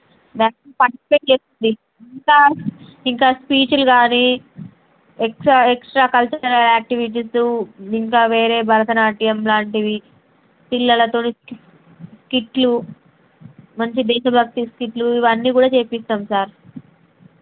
dance పర్ఫెక్ట్గా చేస్తుంది ఇంకా స్పీచ్లు కానీ ఎక్స్ట్రా ఎక్స్ట్రా కల్చరల్ యాక్టివిటీసు ఇంకా వేరే భరతనాట్యం లాంటివి పిల్లలతోని స్కిట్లు మంచి దేశభక్తి స్కిట్లు ఇవన్నీ కూడా చెయ్యిస్తాం సార్